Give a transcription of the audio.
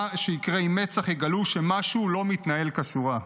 שיקרה אם מצ"ח יגלו שמשהו לא מתנהל כשורה,